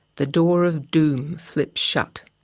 the door of doom flips shut.